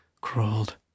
crawled